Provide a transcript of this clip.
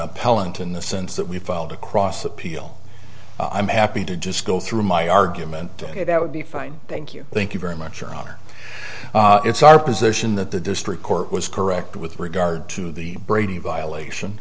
appellant in the sense that we filed across appeal i'm happy to just go through my argument that would be fine thank you thank you very much your honor it's our position that the district court was correct with regard to the brady violation